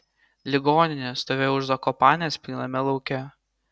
ligoninė stovėjo už zakopanės plyname lauke